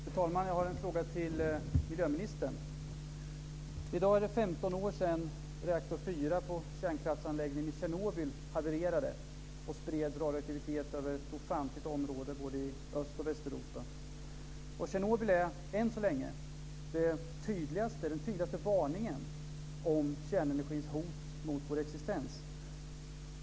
Fru talman! Jag har en fråga till miljöministern. I dag är det 15 år sedan reaktor 4 på kärnkraftsanläggningen i Tjernobyl havererade och spred radioaktivitet över ett ofantligt område i både Öst och Västeuropa. Tjernobyl är än så länge den tydligaste varningen om kärnenergins hot mot vår existens.